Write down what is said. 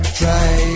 try